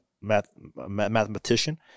mathematician